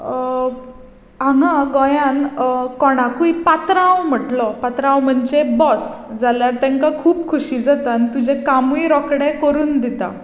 हांगा गोंयान कोणाकूय पात्रांव म्हणलो पात्रांव म्हणचे बॉस जाल्यार तांकां खूब खुशी जाता आनी तुजें कामूय रोकडें करून दिता